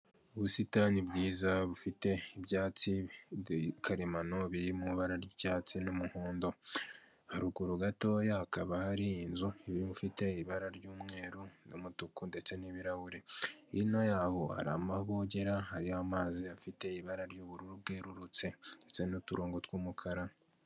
Ubusitani bwiza bufite ibyatsi karemano biri mu ibara ry'icyatsi n'umuhondo, haruguru gatoya hakaba hari inzu ibi ifite ibara ry'umweru n'umutuku ndetse n'ibirahure, hino yaho hari aho bogera, hari amazi afite ibara ry'ubururu bwerurutse ndetse n'uturongo tw'umukara.